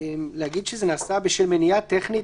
אולי להגיד שזה נעשה בשל מניעה טכנית